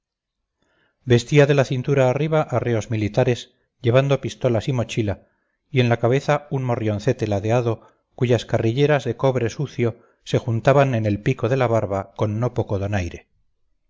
vestía de la cintura arriba arreos militares llevando pistolas y mochila y en la cabeza un morrioncete ladeado cuyas carrilleras de cobre sucio se juntaban en el pico de la barba con no poco donaire